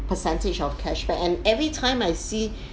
percentage of cashback and every time I see